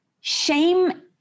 shame